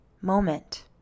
moment